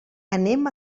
anem